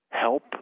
Help